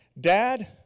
Dad